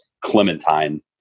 clementine